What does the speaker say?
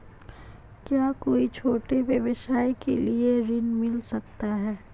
क्या कोई छोटे व्यवसाय के लिए ऋण मिल सकता है?